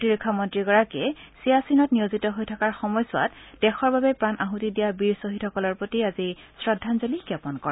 প্ৰতিৰক্ষা মন্ত্ৰীগৰাকীয়ে ছিয়াচেনত নিয়োজিত হৈ থকাৰ সময়ছোৱাত দেশৰ বাবে প্ৰাণ আহুতি দিয়া বীৰ ছহিদসকলৰ প্ৰতি আজি শ্ৰদ্ধাঞ্জলি জ্ঞাপন কৰে